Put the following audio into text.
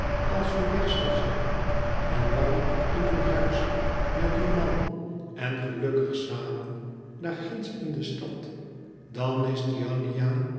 als u weg zai zijn en warm in uw huis met uw man en gelukkig samen daar ginds in de stad dan is